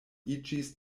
iĝis